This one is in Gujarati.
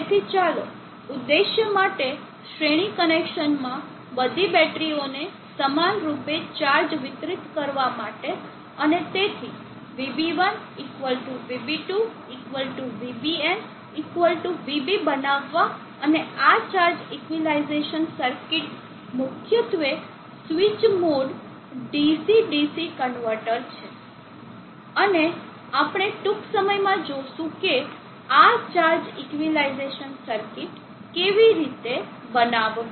તેથી ચાલો ઉદ્દેશ્ય માટે શ્રેણી કનેક્શનમાં બધી બેટરીઓને સમાનરૂપે ચાર્જ વિતરિત કરવા માટે અને તેથી VB1 VB2 VBn VB બનાવવા અને આ ચાર્જ ઇક્વિલિઝેશન સર્કિટ મુખ્યત્વે switch mode DC DC converter છે અને આપણે ટૂંક સમયમાં જોશું કે આ ચાર્જ ઇક્વિલિઝેશન સર્કિટ કેવી રીતે બનાવવી